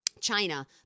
China